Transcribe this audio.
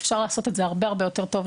אפשר לעשות את זה הרבה, הרבה יותר טוב.